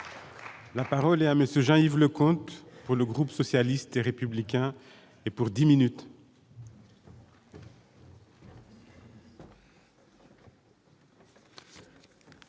La parole est à monsieur Jean-Yves Leconte pour le groupe socialiste et républicain et pour 10 minutes.